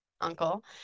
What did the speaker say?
uncle